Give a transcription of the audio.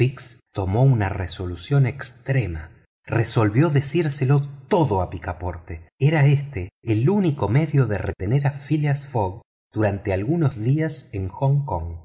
tomó una resolución extrema resolvió decírselo todo a picaporte era éste el único medio de retener a phileas fogg durante algunos días en hong kong